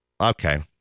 Okay